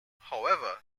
however